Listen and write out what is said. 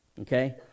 okay